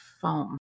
foam